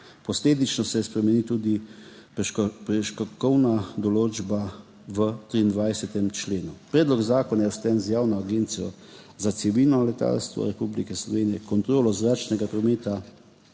Posledično se spremeni tudi prekrškovna določba v 23. členu. Predlog zakona je usklajen z Javno agencijo za civilno letalstvo Republike Slovenije, Kontrolo zračnega prometa